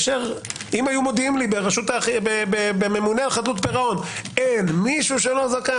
אם היו מודיעים לי בממונה על חדלות פירעון מישהו שלא זכאי,